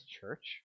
church